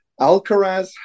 Alcaraz